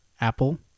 Apple